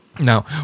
Now